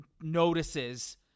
notices